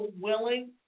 willing